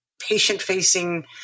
patient-facing